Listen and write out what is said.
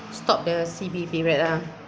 stop the C_B period lah